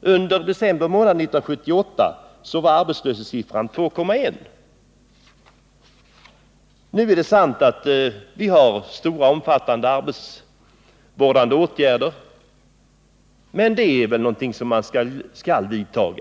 Under december månad 1978 var arbetslöshetsprocenten 2,1. Nu är det sant att vi har vidtagit omfattande arbetsvårdande åtgärder. Men det är åtgärder man skall vidta.